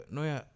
Noya